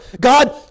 God